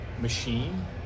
machine